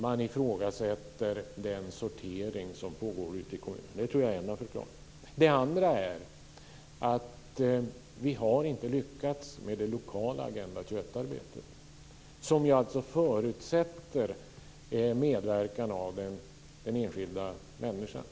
Man ifrågasätter den sortering som pågår ute i kommunerna. Det tror jag är en av förklaringarna. Den andra är att vi inte har lyckats med det lokala Agenda 21-arbetet som förutsätter medverkan av den enskilda människan.